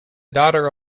daughter